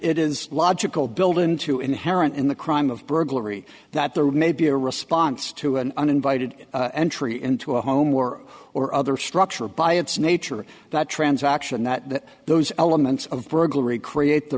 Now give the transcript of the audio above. s logical build into inherent in the crime of burglary that there may be a response to an uninvited entry into a home or or other structure by its nature of the transaction that those elements of burglary create the